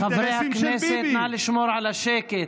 חברי הכנסת, נא לשמור על השקט.